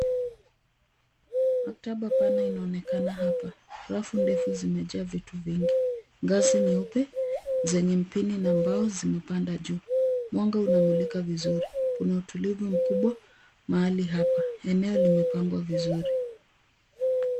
Maktaba pana inaonekana hapa, rafu ndefu zimejaa vitu vingi, ngazi nyeupe zenye mpini na mbao zimepanda juu. Mwanga unamulika vizuri, kuna utulivu mkubwa mahali hapa. Eneo limepangwa vizuri.